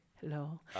Hello